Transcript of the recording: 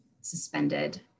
suspended